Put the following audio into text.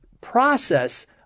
process